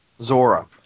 Zora